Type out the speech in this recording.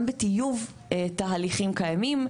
גם בטיוב תהליכים קיימים.